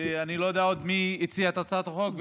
ואני לא יודע מי עוד הציע את הצעת החוק.